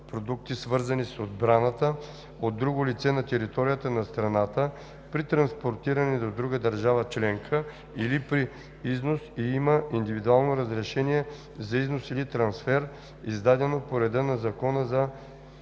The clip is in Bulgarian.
продукти, свързани с отбраната, от друго лице на територията на страната при транспортиране до друга държава членка или при износ и има индивидуално разрешение за износ или трансфер, издадено по реда на Закона за експортния